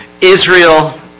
Israel